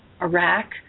Iraq